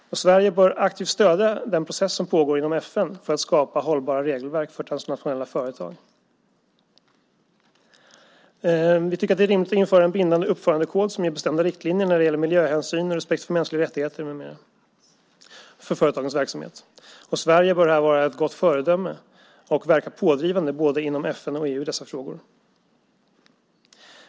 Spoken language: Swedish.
Sverige bör aktivt stödja den process som pågår inom FN för att skapa hållbara regelverk för transnationella företag. Vi tycker att det är rimligt att införa en bindande uppförandekod för företagens verksamhet som ger bestämda riktlinjer när det gäller miljöhänsyn, respekt för mänskliga rättigheter med mera. Sverige bör här vara ett gott föredöme och verka pådrivande i dessa frågor inom både EU och FN.